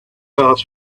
earth